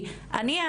כי אני,